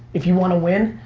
if you want to win,